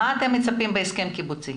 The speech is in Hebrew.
מה אתם מצפים בהסכם קיבוצי?